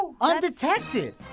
Undetected